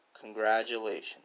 congratulations